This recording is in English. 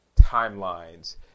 timelines